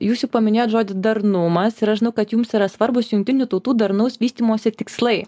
jūs jau paminėjot žodį darnumas ir aš žinau kad jums yra svarbūs jungtinių tautų darnaus vystymosi tikslai